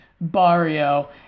barrio